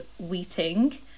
Weeting